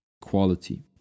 quality